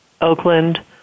Oakland